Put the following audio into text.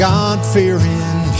God-fearing